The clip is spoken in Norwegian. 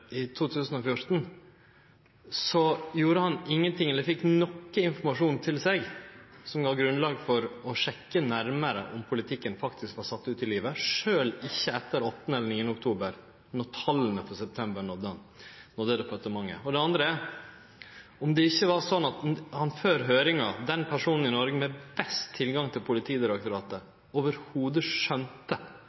i 2014 ikkje gjorde noko eller ikkje fekk noko informasjon som gav grunnlag for å sjekke nærare om politikken faktisk var sett ut i livet, sjølv ikkje etter 8. eller 9. oktober, då tala for september nådde han og departementet. Det andre er om det ikkje var slik at han – den personen i Noreg med best tilgang til Politidirektoratet